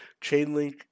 Chainlink